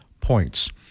points